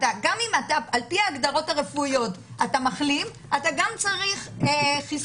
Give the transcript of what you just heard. גם אם אתה מחלים על פי ההגדרות הרפואיות אתה צריך חיסון נוסף.